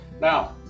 now